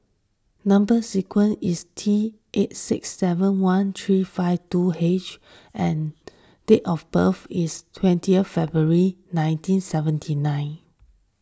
Number Sequence is T eight six seven one three five two H and date of birth is twenty February nineteen seventy nine